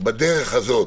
אבל בדרך הזאת